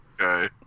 okay